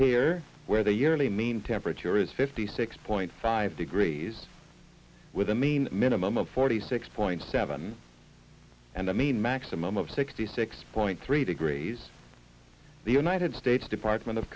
here where the yearly mean temperature is fifty six point five degrees with a mean minimum of forty six point seven and i mean maximum of sixty six point three degrees the united states department of